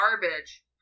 garbage